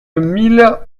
mille